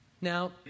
Now